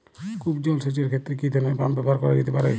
কূপ জলসেচ এর ক্ষেত্রে কি ধরনের পাম্প ব্যবহার করা যেতে পারে?